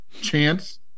chance